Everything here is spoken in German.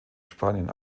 spanien